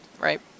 right